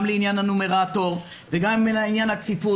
גם לעניין הנומרטור וגם לעניין הכפיפות.